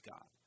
God